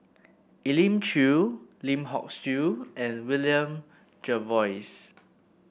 Elim Chew Lim Hock Siew and William Jervois